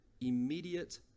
immediate